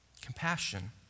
Compassion